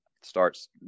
starts